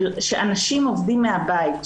שאנשים עובדים מהבית,